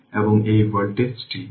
তাহলে সে ক্ষেত্রে কী হবে